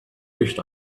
wished